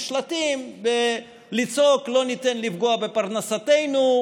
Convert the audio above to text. השלטים ולצעוק: לא ניתן לפגוע בפרנסתנו,